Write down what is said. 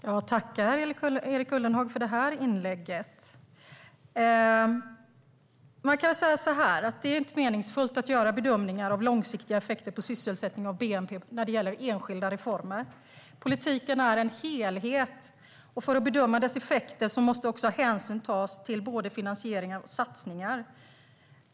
Fru talman! Jag tackar Erik Ullenhag för det inlägget. Man kan säga så här: Det är inte meningsfullt att göra bedömningar av långsiktiga effekter på sysselsättning och bnp när det gäller enskilda reformer. Politiken är en helhet, och för att bedöma dess effekter måste man ta hänsyn till både finansieringar och satsningar.